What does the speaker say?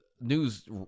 news